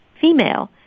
female